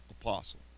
apostle